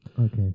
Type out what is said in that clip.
Okay